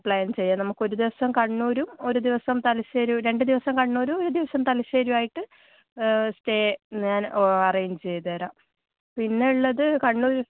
plan ചെയ്യാം നമുക്കൊരു ദിവസം കണ്ണൂരും ഒരു ദിവസം തലശ്ശേരിയും രണ്ട് ദിവസം കണ്ണൂരും ഒരു ദിവസം തലശ്ശേരിയുമായിട്ട് സ്റ്റേ ഞാൻ അറേഞ്ച് ചെയ്ത് തരാം പിന്നെ ഉള്ളത് കണ്ണൂർ